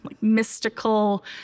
mystical